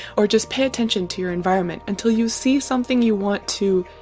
or just pay attention to your environment until you see something you want to.